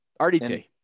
RDT